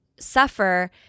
suffer